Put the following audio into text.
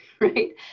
right